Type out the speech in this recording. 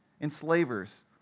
enslavers